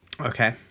Okay